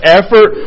effort